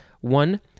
one